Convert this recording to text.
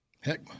Heck